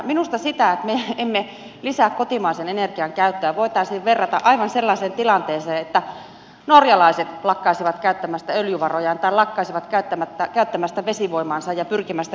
minusta sitä että me emme lisää kotimaisen energian käyttöä voitaisiin verrata aivan sellaiseen tilanteeseen että norjalaiset lakkaisivat käyttämästä öljyvarojaan tai lakkaisivat käyttämästä vesivoimaansa ja pyrkimästä energiaomavaraisuuteen